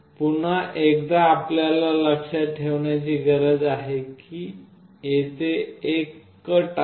पुन्हा एकदा आपल्याला लक्षात ठेवण्याची गरज आहे की येथे एक कट आहे